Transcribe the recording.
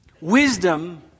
Wisdom